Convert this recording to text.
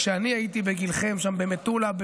כשאני הייתי בגילכם שם במטולה,